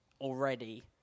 already